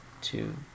two